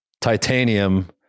Titanium